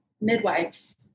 midwives